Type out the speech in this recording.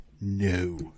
no